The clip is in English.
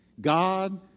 God